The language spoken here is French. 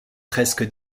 presque